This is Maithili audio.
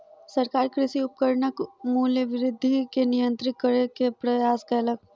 सरकार कृषि उपकरणक मूल्य वृद्धि के नियंत्रित करै के प्रयास कयलक